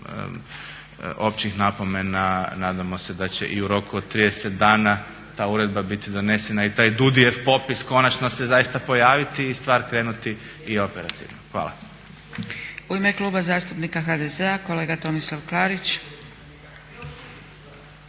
općih napomena nadamo se da će i u roku od 30 dana ta uredba biti donesena i taj DUUDI-jev popis konačno se zaista pojaviti i stvar krenuti i operativno. Hvala. **Zgrebec, Dragica (SDP)** U ime Kluba zastupnika HDZ-a kolega Tomislav Klarić.